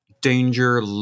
danger